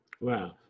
Wow